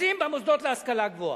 מקצצים במוסדות להשכלה גבוהה.